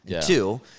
Two